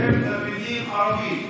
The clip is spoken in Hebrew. הם תלמידים ערבים.